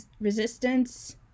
resistance